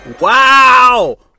Wow